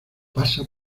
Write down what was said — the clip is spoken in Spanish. pasa